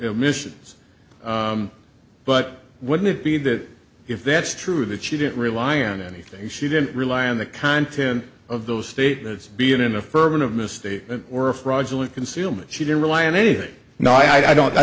were missions but wouldn't it be that if that's true that she didn't rely on anything she didn't rely on the content of those statements be in an affirmative misstatement or a fraudulent concealment she didn't rely on any no i don't i